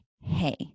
hey